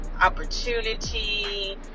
opportunity